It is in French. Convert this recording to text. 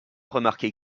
remarquer